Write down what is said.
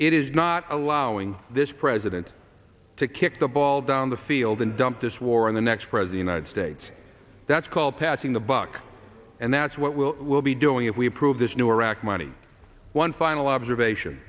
it is not allowing this president to kick the ball down the field and dump this war on the next prez the united states that's called passing the buck and that's what will be doing if we approve this new iraq money one final observation